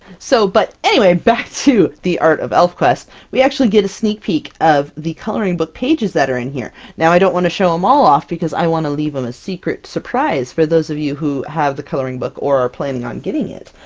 so, but anyway, back to the art of elfquest. we actually get a sneak peek of the coloring book pages that are in here. now i don't want to show them all off, because i want to leave them a secret surprise for those of you who have the coloring book, or are planning on getting it.